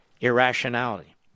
irrationality